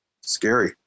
Scary